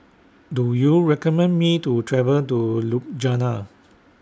Do YOU recommend Me to travel to Ljubljana